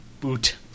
boot